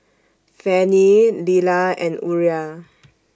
Fannye Lilah and Uriah